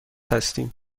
هستیم